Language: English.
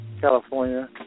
California